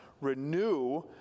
Renew